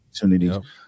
opportunities